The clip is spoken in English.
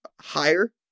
higher